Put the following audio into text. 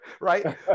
right